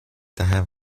daher